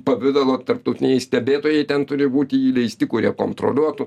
pavidalo tarptautiniai stebėtojai ten turi būti įleisti kurie kontroliuotų